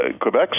Quebec